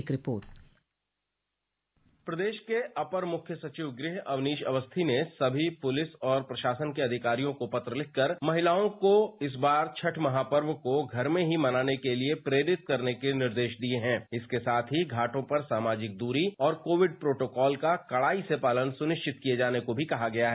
एक रिपोर्ट प्रदेश के अपर मुख्य सचिव गृह अवनीश अवस्थी ने सभी पूलिस और प्रशासन के अधिकारियों को पत्र लिखकर महिलाओं को इस बार छठ महापर्व को घर में ही मनाने के लिए प्रेरित करने के निर्देश दिए हैं इसके साथ ही घाटों पर सामाजिक दूरी और कोविड प्रोटोकॉल का कड़ाई से पालन सुनिश्चित किए जाने को भी कहा गया है